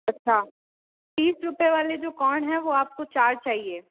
अच्छा तीस रुपए वाले जो कॉन है वो आपको चार चाहिए